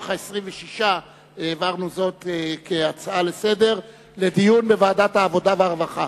ה-26 העברנו זאת כהצעה לסדר-היום לדיון בוועדת העבודה והרווחה.